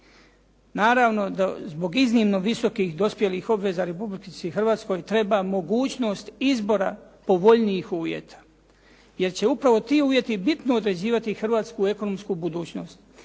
Naravno da zbog iznimno visokih dospjelih obveza Republici Hrvatskoj treba mogućnost izbora povoljnijih uvjeta, jer će upravo ti uvjeti bitno određivati hrvatsku ekonomsku budućnost,